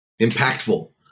impactful